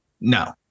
No